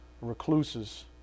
recluses